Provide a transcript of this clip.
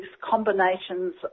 combinations